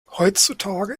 heutzutage